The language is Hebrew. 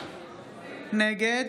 נגד